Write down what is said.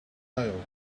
aisle